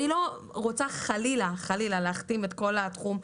אני לא רוצה חלילה להכתים את כל התחום.